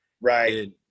right